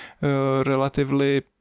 relatively